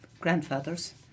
grandfather's